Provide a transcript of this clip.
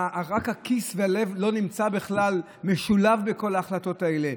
רק הכיס, והלב לא משולב בכלל בכל החלטות האלה.